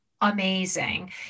Amazing